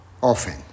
Often